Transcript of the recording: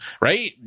right